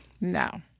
No